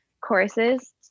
courses